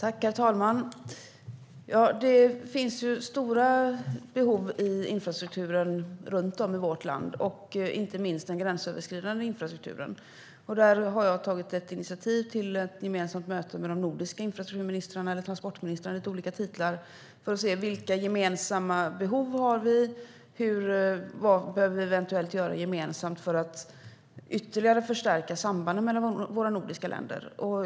Herr talman! Det finns stora behov i infrastrukturen runt om i vårt land, inte minst den gränsöverskridande infrastrukturen. Jag har tagit initiativ till ett gemensamt möte med de nordiska infrastrukturministrarna, eller transportministrarna - det är lite olika titlar - för att se vilka gemensamma behov vi har och vad vi eventuellt behöver göra gemensamt för att förstärka sambanden mellan våra nordiska länder ytterligare.